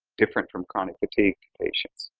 different from chronic fatigue patients.